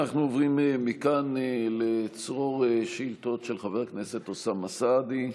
אנחנו עוברים מכאן לצרור שאילתות של חבר הכנסת אוסאמה סעדי,